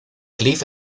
cliff